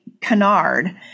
canard